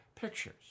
pictures